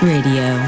Radio